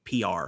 PR